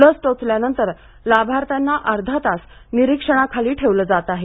लस टोचल्यानंतर लाभार्थ्यांना अर्धा तास निरीक्षणाखाली ठेवलं जात आहे